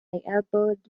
elbowed